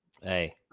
Hey